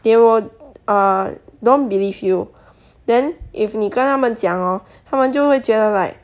they were uh don't believe you then if 你跟他们讲 hor 他们就会觉得 like